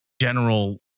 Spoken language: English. general